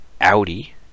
Audi